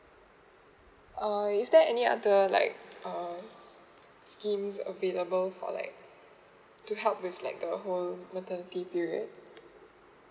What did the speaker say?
uh is there any other like uh scheme available for like to help with like the whole maternity period